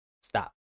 Stop